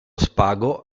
spago